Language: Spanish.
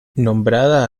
nombrada